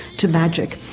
to magic.